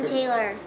Taylor